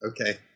Okay